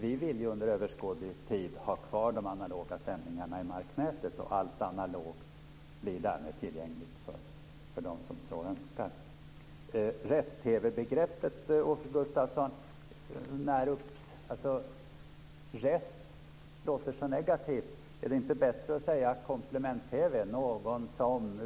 Vi vill under överskådlig tid ha kvar de analoga sändningarna i marknätet. Allt analogt blir därmed tillgängligt för dem som så önskar. Rest-TV-begreppet låter så negativt. Är det inte bättre att kalla det komplement-TV?